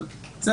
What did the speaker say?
על זה.